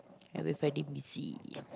ya we friday busy